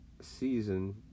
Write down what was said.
season